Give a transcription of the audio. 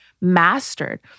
mastered